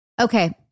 Okay